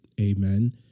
Amen